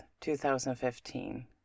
2015